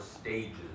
Stages